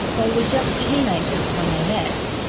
they were just teenagers when they met.